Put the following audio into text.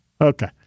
okay